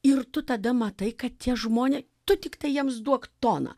ir tu tada matai kad tie žmonės tu tiktai jiems duok toną